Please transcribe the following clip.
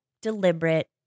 deliberate